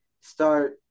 start